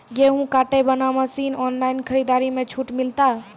गेहूँ काटे बना मसीन ऑनलाइन खरीदारी मे छूट मिलता?